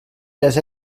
les